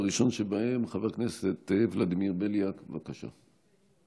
הראשון בהם, חבר הכנסת ולדימיר בליאק, בבקשה.